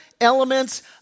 elements